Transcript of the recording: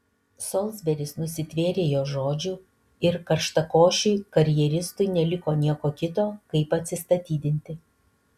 solsberis nusitvėrė jo žodžių ir karštakošiui karjeristui neliko nieko kito kaip atsistatydinti